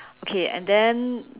okay and then